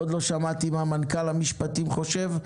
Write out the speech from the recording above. עוד לא שמעתי מה מנכ"ל משרד המשפטים חושב,